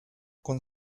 con